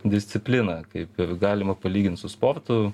disciplina kaip ir galima palygint su sportu